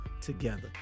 together